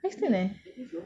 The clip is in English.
iceland eh